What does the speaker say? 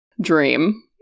dream